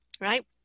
right